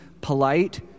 polite